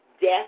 death